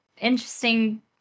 interesting